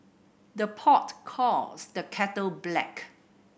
the pot calls the kettle black